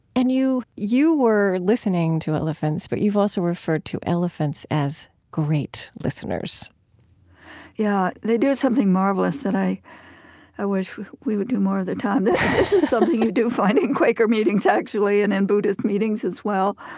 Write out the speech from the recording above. and you you were listening to elephants, but you've also referred to elephants as great listeners yeah. they do something marvelous that i i wish we would do more of the time. this is something you do find in quaker meetings, actually, and in buddhist meetings as well.